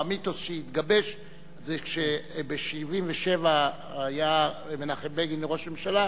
או המיתוס שהתגבש זה כשב-1977 היה מנחם בגין לראש ממשלה,